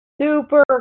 super